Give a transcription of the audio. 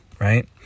right